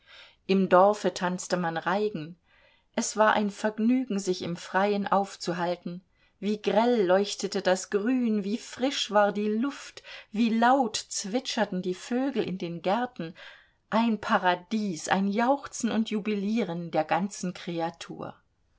im dorfe tanzte man reigen es war ein vergnügen sich im freien aufzuhalten wie grell leuchtete das grün wie frisch war die luft wie laut zwitscherten die vögel in den gärten ein paradies ein jauchzen und jubilieren der ganzen kreatur